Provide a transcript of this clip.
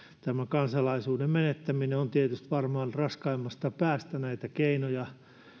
kansalaisuuden menettäminen on tietysti varmasti raskaimmasta päästä näitä keinoja